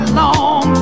long